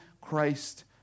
Christ